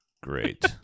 Great